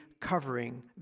covering